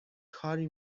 کاری